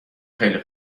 خیلی